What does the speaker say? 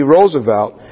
Roosevelt